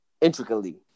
intricately